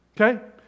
Okay